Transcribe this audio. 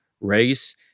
Race